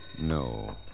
No